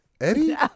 Eddie